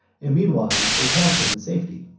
and, meanwhile, they passed him in safety.